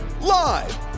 Live